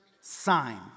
sign